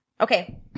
Okay